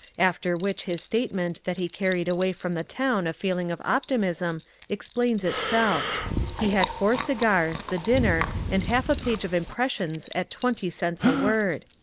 after which his statement that he carried away from the town a feeling of optimism explains itself he had four cigars, the dinner, and half a page of impressions at twenty cents a word.